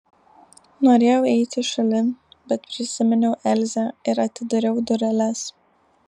norėjau eiti šalin bet prisiminiau elzę ir atidariau dureles